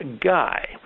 guy